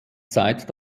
zeit